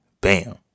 bam